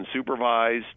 unsupervised